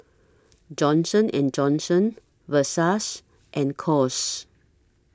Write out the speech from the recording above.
Johnson and Johnson Versace and Kose